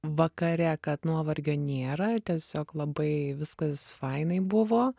vakare kad nuovargio nėra tiesiog labai viskas fainai buvo